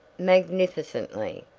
magnificently.